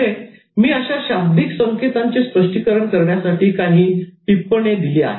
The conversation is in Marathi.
पुढे मी अशा शब्दिक संकेतांचे स्पष्टीकरण करण्यासाठी काही टिपणे दिली आहेत